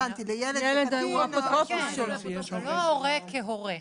הבנתי, לילד קטין --- כן, לא הורה כהורה.